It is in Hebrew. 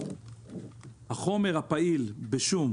החומר הפעיל בשום,